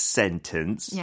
sentence